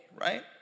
right